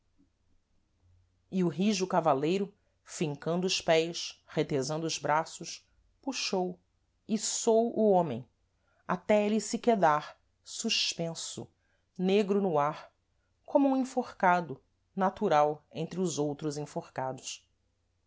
e o rijo cavaleiro fincando os pés retezando os braços puxou içou o homem até êle se quedar suspenso negro no ar como um enforcado natural entre os outros enforcados